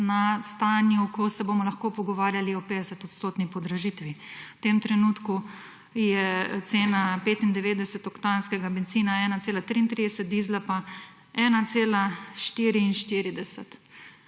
na stanju, ko se bomo lahko pogovarjali o 50-odstotni podražitvi. V tem trenutku je cena 95-oktanskega bencina 1,33 evra, dizla pa 1,44